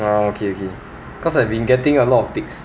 ah okay okay cause I've been getting a lot ticks